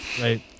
right